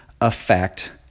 affect